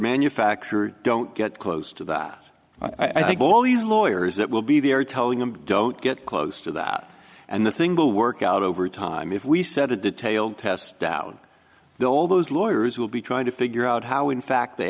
manufacturer don't get close to that i think all these lawyers that will be there telling them don't get close to that and the thing will work out over time if we set a detailed test down the all those lawyers will be trying to figure out how in fact they